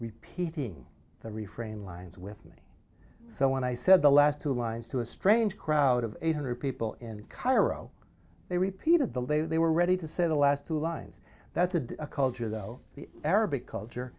repeating the refrain lines with me so when i said the last two lines to a strange crowd of eight hundred people in cairo they repeated the day they were ready to say the last two lines that's a culture though the arabic culture